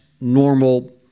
normal